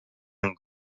and